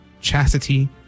chastity